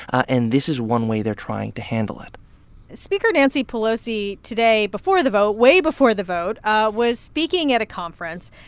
and this is one way they're trying to handle it speaker nancy pelosi today before the vote way before the vote was speaking at a conference,